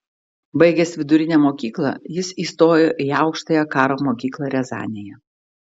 baigęs vidurinę mokyklą jis įstojo į aukštąją karo mokyklą riazanėje